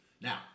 Now